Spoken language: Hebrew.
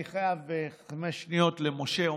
אני חייב חמש שניות למשה.